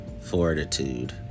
fortitude